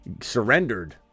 surrendered